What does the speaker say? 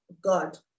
God